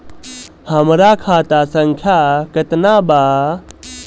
हमरा खाता संख्या केतना बा?